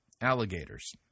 alligators